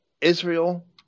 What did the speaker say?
Israel